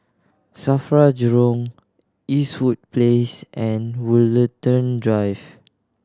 SAFRA Jurong Eastwood Place and Woollerton Drive